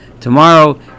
Tomorrow